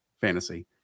Fantasy